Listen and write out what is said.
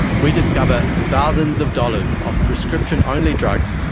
we discover thousands of dollars of prescription-only drugs,